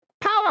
power